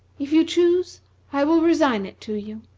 if you choose i will resign it to you.